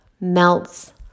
melts